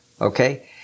Okay